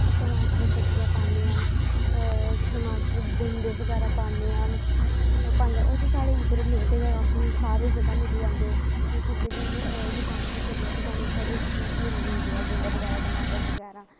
टमाटर कट्टियै पान्ने आं टमाटर गंडे बगैरा पान्ने आं ओह् ते साढ़े इध्दर मिलदे गै न सारी जगा मिली जंदे किसे बी दकान पर चली जाच्चै उत्थें साह्नू मिगी जंदे ऐ गंडे बगैरा टमाटर बगैरा